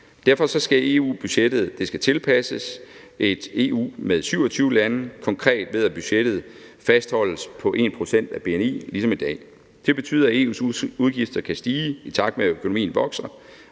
derfor skal EU-budgettet tilpasses et EU med 27 lande, og det skal konkret foregå, ved at budgettet fastholdes på 1 pct. af bni ligesom i dag. Det betyder, at EU's udgifter kan stige, i takt med at økonomien vokser,